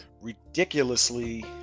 ridiculously